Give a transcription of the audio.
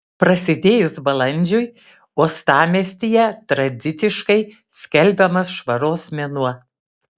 prasidėjus balandžiui uostamiestyje tradiciškai skelbiamas švaros mėnuo